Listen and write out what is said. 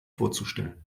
vorzustellen